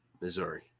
Missouri